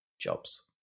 jobs